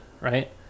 right